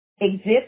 exist